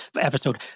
Episode